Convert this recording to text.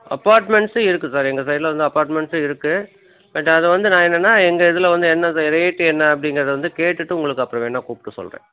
apartments இருக்கு sir எங்கள் சைட்டில வந்து அப்பார்ட்மெண்ட்ஸும் இருக்கு பட்டு அது வந்து நான் என்னென்னா எங்கள் இதில் வந்து என்னது ரேட் என்ன அப்படிங்கிறத வந்து கேட்டுவிட்டு உங்களுக்கு அப்புறம் வேணா கூப்பிட்டு சொல்லுறேன்